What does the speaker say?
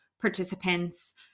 participants